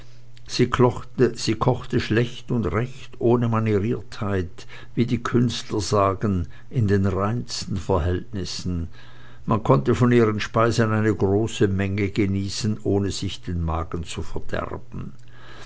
gefehlt sie kochte schlecht und recht ohne manieriertheit wie die künstler sagen in den reinsten verhältnissen man konnte von ihren speisen eine große menge genießen ohne sich den magen zu verderben